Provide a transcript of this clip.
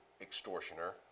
extortioner